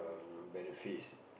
um benefits